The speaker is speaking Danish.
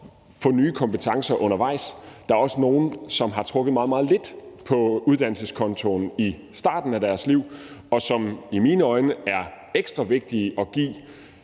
få nye kompetencer undervejs. Der er også nogle, som har trukket meget, meget lidt på uddannelseskontoen i starten af deres liv, og som i mine øjne er ekstra vigtige at give,